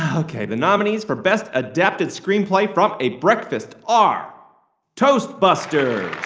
ok. the nominees for best adapted screenplay from a breakfast are toastbusters.